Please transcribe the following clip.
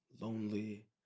lonely